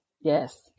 Yes